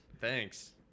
Thanks